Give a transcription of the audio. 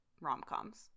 rom-coms